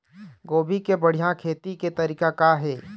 गोभी के बढ़िया खेती के तरीका का हे?